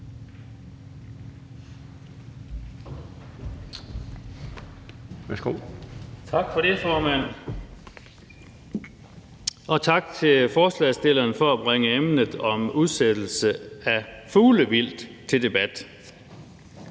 (KF): Tak for det, formand. Og tak til forslagsstillerne for at bringe emnet om udsættelse af fuglevildt op til debat.